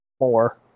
more